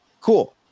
cool